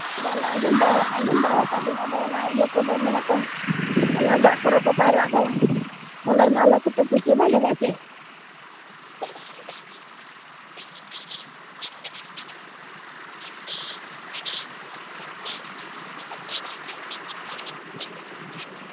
ᱚᱱᱟ ᱟᱸᱡᱚᱢ ᱵᱟᱲᱟ ᱟᱸᱡᱚᱢ ᱵᱟᱲᱟᱣ ᱠᱟᱹᱫᱟᱹᱧ ᱟᱫᱚ ᱚᱱᱟ ᱤᱭᱟᱹ ᱠᱚᱫᱚ ᱢᱮᱱᱟᱠᱚ ᱚᱱᱮ ᱫᱟᱜ ᱠᱚᱨᱮ ᱠᱚ ᱯᱟᱭᱨᱟᱜ ᱫᱚ ᱚᱱᱟ ᱨᱮᱱᱟᱜ ᱟᱞᱟᱜᱽ ᱠᱚᱛᱮ ᱯᱩᱭᱥᱟᱹ ᱵᱟᱭ ᱞᱟᱜᱟᱜᱼᱟ ᱪᱮ